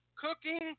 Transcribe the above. cooking